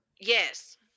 yes